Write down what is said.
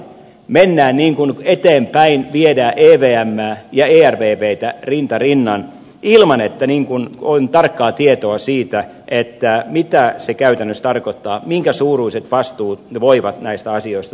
mennään eteenpäin viedään evmää ja ervvtä rinta rinnan ilman että on tarkkaa tietoa siitä mitä se käytännössä tarkoittaa minkä suuruiset vastuut voivat näistä asioista tulla